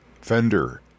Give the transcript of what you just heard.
Fender